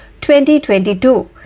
2022